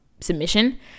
submission